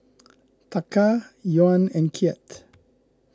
Taka Yuan and Kyat